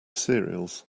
cereals